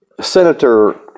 Senator